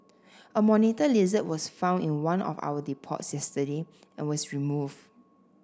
a monitor lizard was found in one of our depots yesterday and was removed